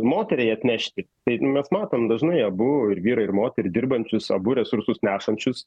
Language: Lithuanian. moteriai atnešti tai mes matom dažnai abu ir vyrą ir moterį dirbančius abu resursus nešančius